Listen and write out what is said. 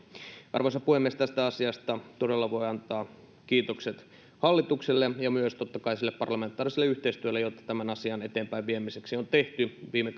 arvoisa puhemies tästä asiasta todella voi antaa kiitokset hallitukselle ja myös totta kai sille parlamentaariselle yhteistyölle jota tämän asian eteenpäinviemiseksi on tehty viime